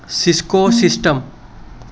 cisco system